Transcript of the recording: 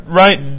right